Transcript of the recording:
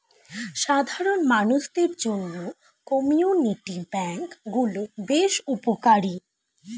সাধারণ মানুষদের জন্য কমিউনিটি ব্যাঙ্ক গুলো বেশ উপকারী